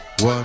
One